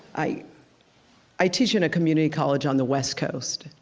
i i teach in a community college on the west coast.